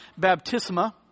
baptisma